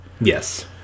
Yes